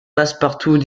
passepartout